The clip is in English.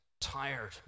tired